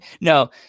No